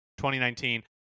2019